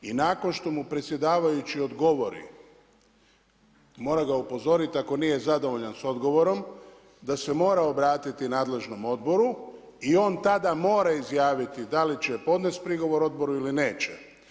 I nakon što mu predsjedavajući odgovori mora ga upozoriti ako nije zadovoljan s odgovorom da se mora obratiti nadležnom odboru i on tada mora izjaviti da li će podnest prigovor odboru ili neće.